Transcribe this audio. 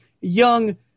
young